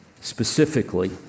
specifically